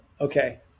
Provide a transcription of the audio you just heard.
okay